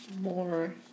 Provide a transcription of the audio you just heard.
more